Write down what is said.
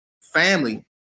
family